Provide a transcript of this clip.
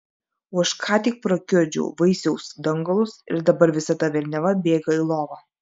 o aš ką tik prakiurdžiau vaisiaus dangalus ir dabar visa ta velniava bėga į lovą